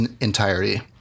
entirety